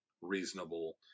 reasonable